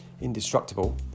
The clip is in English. indestructible